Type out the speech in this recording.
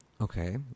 Okay